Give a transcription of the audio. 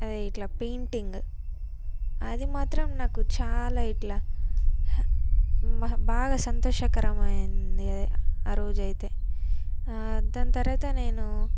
అది ఇట్లా పెయింటింగ్ అది మాత్రం నాకు చాలా ఇట్లా మహా బాగా సంతోషకరమైంది ఆ రోజైతే దాని తర్వాత నేను